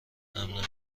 امن